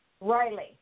Riley